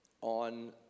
on